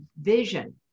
vision